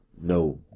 no